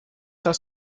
das